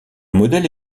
modèle